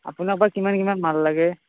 আপোনাক বা কিমান কিমান মাল লাগে